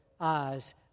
eyes